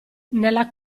nella